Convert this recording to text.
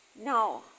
No